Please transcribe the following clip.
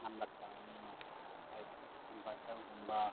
ꯉꯝꯂꯛꯇꯕꯅꯤꯅ like ꯏꯟꯕꯔꯇꯔꯒꯨꯝꯕ